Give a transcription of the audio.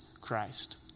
Christ